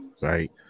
right